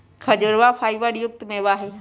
खजूरवा फाइबर युक्त मेवा हई